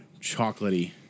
Chocolatey